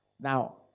Now